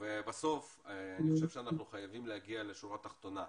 אני חושב שאנחנו חייבים להגיע לשורה תחתונה,